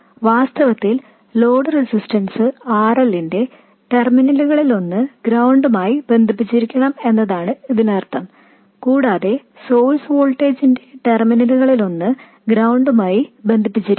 വാസ്തവത്തിൽ load resistance RLന്റെ ടെർമിനലുകളിലൊന്ന് ഗ്രൌണ്ടുമായി ബന്ധിപ്പിച്ചിരിക്കണം എന്നതാണ് അതിനർത്ഥം കൂടാതെ സോഴ്സ് വോൾട്ടേജിന്റെ ടെർമിനലുകളിലൊന്ന് ഗ്രൌണ്ടുമായി ബന്ധിപ്പിച്ചിരിക്കണം